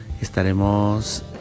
estaremos